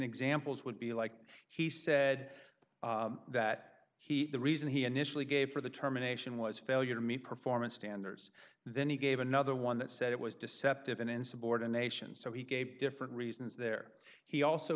examples would be like he said that he the reason he initially gave for the terminations was failure to me performance standards then he gave another one that said it was deceptive and insubordination so he gave different reasons there he also